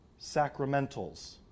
sacramentals